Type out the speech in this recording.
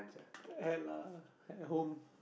had lah at home